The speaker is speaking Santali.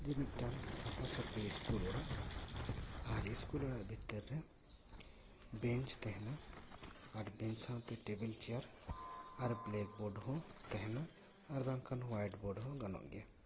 ᱡᱮ ᱢᱤᱫᱴᱟᱝ ᱥᱟᱯᱷᱟ ᱥᱟᱹᱯᱷᱤ ᱥᱠᱩᱞ ᱚᱲᱟᱜ ᱟᱨ ᱥᱠᱩᱞ ᱚᱲᱟᱜ ᱵᱷᱤᱛᱤᱨ ᱨᱮ ᱵᱮᱸᱧᱪ ᱛᱟᱦᱮᱱᱟ ᱟᱨ ᱵᱮᱧᱪ ᱥᱟᱶᱛᱮ ᱴᱮᱵᱤᱞ ᱪᱮᱭᱟᱨ ᱟᱨ ᱵᱮᱞᱮᱠ ᱵᱳᱨᱰ ᱦᱚᱸ ᱛᱟᱦᱮᱱᱟ ᱟᱨ ᱵᱟᱝᱠᱷᱟᱱ ᱦᱚᱭᱟᱭᱤᱴ ᱵᱳᱨᱰ ᱦᱚᱸ ᱜᱟᱱᱚᱜ ᱜᱮᱭᱟ